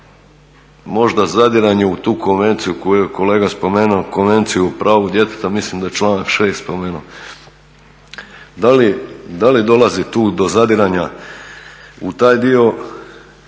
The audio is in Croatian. možda zadiranje u tu konvenciju koju je kolega spomenuo, konvenciju prava djeteta, mislim da je članak 6. spomenuo. Da li dolazi tu do zadiranja u taj dio